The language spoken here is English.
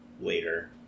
later